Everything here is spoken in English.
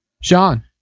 Sean